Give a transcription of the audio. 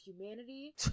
humanity